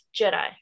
jedi